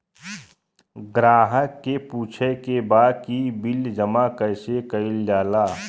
ग्राहक के पूछे के बा की बिल जमा कैसे कईल जाला?